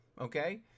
Okay